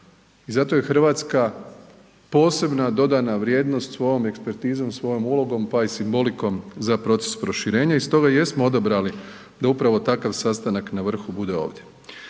I zato je Hrvatska posebna dodana vrijednost svojom ekspertizom, svojom ulogom pa i simbolikom za proces proširenja i stoga jesmo odabrali da upravo takav sastanak na vrhu bude ovdje.